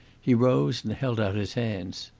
he rose and held out his hands.